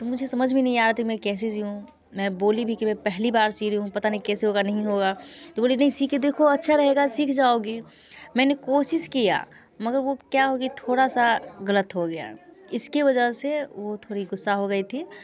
तो मुझे समझ में नही आ रहा था मैं कैसे सीऊं मैं बोली भी कि मैं पहली बार सी रही हूँ पता नहीं कैसे होगा नहीं होगा तो बोली नहीं सी के देखो अच्छा रहेगा सीख जाओगी मैंने कोशिश किया मगर वो क्या हो गई कि थोड़ा सा गलत हो गया इसके वजह से वो थोड़ी गुस्सा हो गई थी